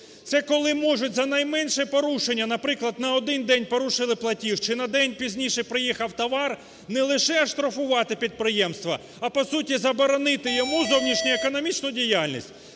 Це, коли можуть за найменше порушення, наприклад, на один день порушили платіж чи на день пізніше приїхав товар не лише штрафувати підприємства, а по суті заборонити йому зовнішньоекономічну діяльність.